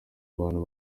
abantu